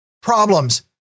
problems